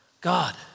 God